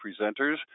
presenters